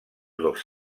dos